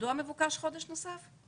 מדוע מבוקש חודש נוסף?